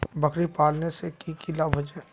बकरी पालने से की की लाभ होचे?